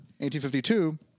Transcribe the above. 1852